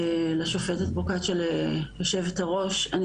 לשופטת פרוקצ'יה וליושבת הראש.